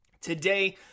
today